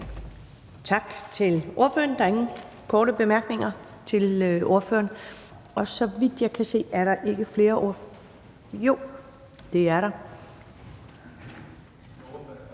Tak til ordføreren. Der er ingen korte bemærkninger til ordføreren. Og så vidt jeg kan se, er der ikke flere ordførere – jo, det er der.